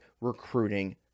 recruiting